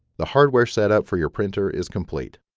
the hardware setup for your printer is complete.